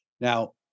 Now